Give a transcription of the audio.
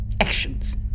Actions